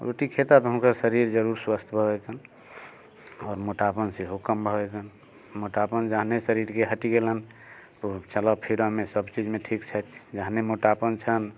रोटी खेता तऽ हुनकर शरीर जरूर स्वस्थ भऽ जेतनि आओर मोटापामे सेहो कम भऽ जेतनि मोटापा जहने शरीरके हटि गेलनि ओ चलऽ फिरऽमे सभ चीजमे ठीक छथि जहने मोटापा छनि